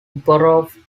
borough